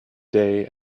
day